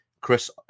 Chris